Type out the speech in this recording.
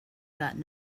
that